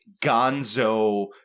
gonzo